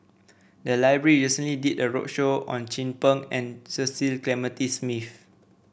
the library recently did a roadshow on Chin Peng and Cecil Clementi Smith